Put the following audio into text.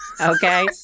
Okay